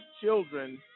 children